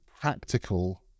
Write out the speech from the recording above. practical